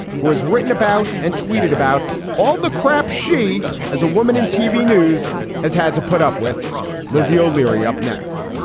who has written about and tweeted about all the crap she has a woman in tv news has had to put up with lizzie o'leary up next